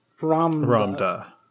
Ramda